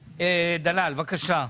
דלל, בבקשה.